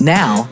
now